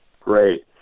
Great